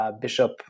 Bishop